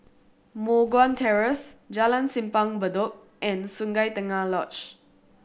Moh Guan Terrace Jalan Simpang Bedok and Sungei Tengah Lodge